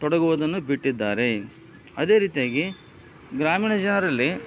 ತೊಡಗುವುದನ್ನು ಬಿಟ್ಟಿದ್ದಾರೆ ಅದೇ ರೀತಿಯಾಗಿ ಗ್ರಾಮೀಣ ಜನರಲ್ಲಿ